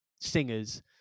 singers